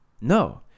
No